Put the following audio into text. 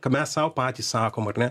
ką mes sau patys sakom ar ne